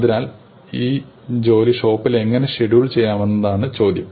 അതിനാൽ ഈ ജോലി ഷോപ്പിൽ എങ്ങനെ ഷെഡ്യൂൾ ചെയ്യാമെന്നതാണ് ചോദ്യം